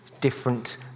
different